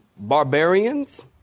Barbarians